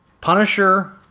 Punisher